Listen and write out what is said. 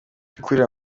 gukurira